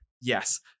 Yes